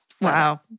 Wow